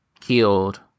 killed